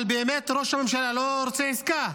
אבל ראש הממשלה לא באמת רוצה עסקה.